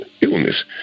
illness